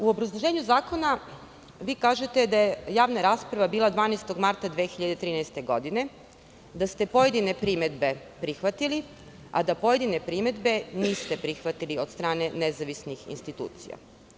U obrazloženju zakona kažete da je javna rasprava bila 12. marta 2013. godine, da ste pojedine primedbe prihvatili a pojedine primedbe niste prihvatili od strane nezavisnih institucija.